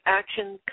actions